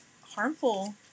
harmful